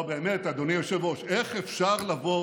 לא, באמת, אדוני היושב-ראש, איך אפשר לבוא